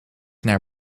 naar